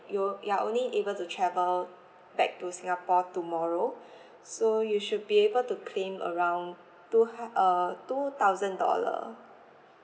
you you're only able to travel back to singapore tomorrow so you should be able to claim around two hun~ uh two thousand dollar